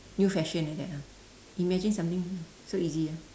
new fashion like that ah imagine something so easy ah